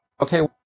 okay